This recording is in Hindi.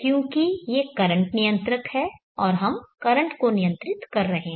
क्योंकि ये करंट नियंत्रक हैं और हम करंट को नियंत्रित कर रहे हैं